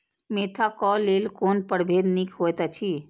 Mentha क लेल कोन परभेद निक होयत अछि?